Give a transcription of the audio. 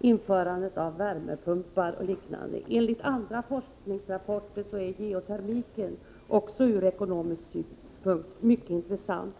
införandet av värmepumpar och liknande. Enligt andra forskningsrapporter är geotermin också ur ekonomisk synpunkt mycket intressant.